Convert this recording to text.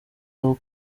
aho